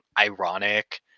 ironic